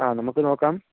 ആ നമുക്ക് നോക്കാം